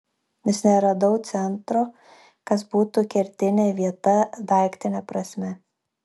vis neradau centro kas būtų kertinė vieta daiktine prasme